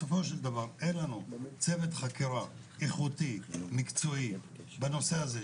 בסופו של דבר אין לנו צוות חקירה איכותי מקצועי בנושא הזה,